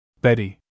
Betty